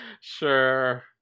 sure